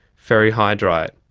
ferrihydrite,